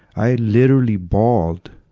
i literally bawled,